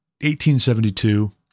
1872